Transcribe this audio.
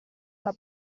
alla